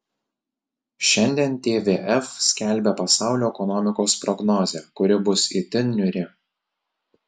šiandien tvf skelbia pasaulio ekonomikos prognozę kuri bus itin niūri